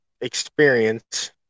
experience